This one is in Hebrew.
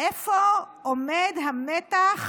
איפה עומד המתח